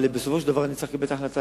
בסופו של דבר אני צריך לקבל החלטה.